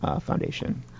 Foundation